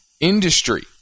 industry